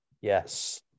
Yes